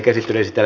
asia